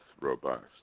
robust